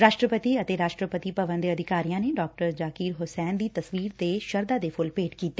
ਰਾਸ਼ਟਰਪਤੀ ਅਤੇ ਰਾਸ਼ਟਰਪਤੀ ਭਵਨ ਦੇ ਅਧਿਕਾਰੀਆਂ ਨੇ ਡਾ ਜਾਕਿਰ ਹੁਸੈਨ ਦੀ ਤਸਵੀਰ ਤੇ ਸ਼ਰਧਾ ਦੇ ਫੁੱਲ ਭੇਟ ਕੀਤੇ